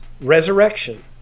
resurrection